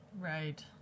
Right